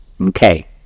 Okay